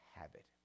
habit